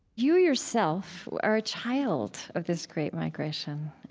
you, yourself, are a child of this great migration.